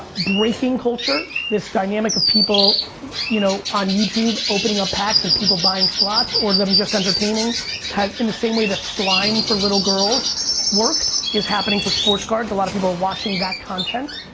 breaking culture, this dynamic of people you know on youtube opening up packs and people buying slots or them just entertaining in the same way that slime for little girls worked, is happening for sports cards. a lot of people are watching that content.